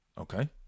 okay